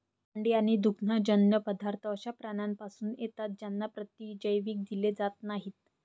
अंडी आणि दुग्धजन्य पदार्थ अशा प्राण्यांपासून येतात ज्यांना प्रतिजैविक दिले जात नाहीत